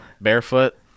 barefoot